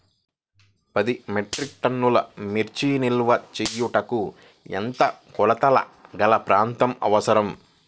పది మెట్రిక్ టన్నుల మిర్చి నిల్వ చేయుటకు ఎంత కోలతగల ప్రాంతం అవసరం?